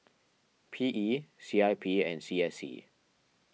P E C I P and C S C